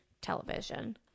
television